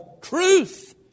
truth